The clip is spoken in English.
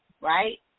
right